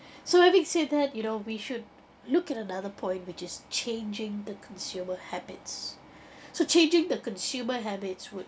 so having said that you know we should look at another point which is changing the consumer habits so changing the consumer habits would